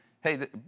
hey